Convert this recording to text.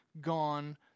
gone